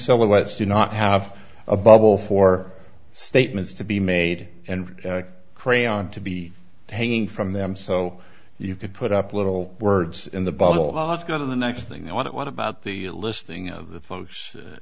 silhouettes do not have a bubble for statements to be made and crayon to be hanging from them so you could put up little words in the bottle lots going to the next thing i want what about the listing of the folks